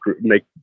make